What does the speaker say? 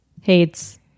Hates